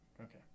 okay